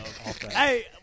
Hey